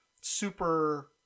super